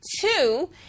two